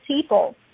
people